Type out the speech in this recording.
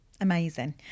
amazing